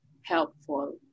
helpful